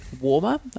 Warmer